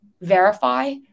verify